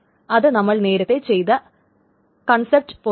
അത് നമ്മൾ നേരത്തെ ചെയ്ത കോൺസെപ്റ്റ് പോലെയാണ്